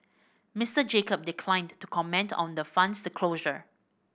Mister Jacob declined to comment on the fund's closure